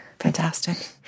Fantastic